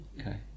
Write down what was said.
Okay